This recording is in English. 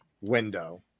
window